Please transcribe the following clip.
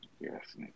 Yes